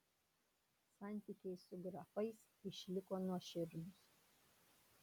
santykiai su grafais išliko nuoširdūs